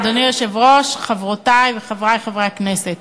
אדוני היושב-ראש, חברותי וחברי חברי הכנסת,